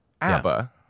ABBA